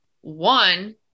one